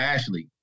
Ashley